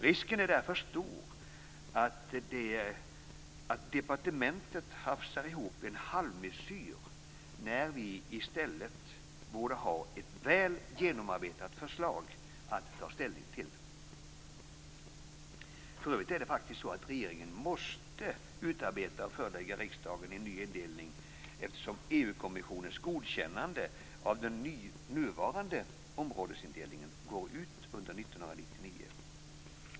Risken är därför stor att departementet hafsar ihop en halvmesyr, när vi i stället borde ha ett väl genomarbetat förslag att ta ställning till. För övrigt är det faktiskt så att regeringen måste utarbeta och förelägga riksdagen en ny indelning, eftersom EU-kommissionens godkännande av den nuvarande områdesindelningen går ut under 1999.